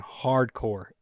hardcore